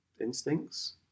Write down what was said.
instincts